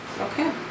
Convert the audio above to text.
Okay